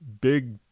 big